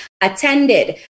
attended